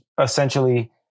essentially